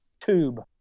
tube